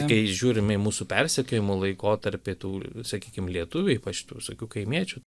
kai žiūrime į mūsų persekiojimų laikotarpį tų sakykim lietuvių ypač tų visokių kaimiečių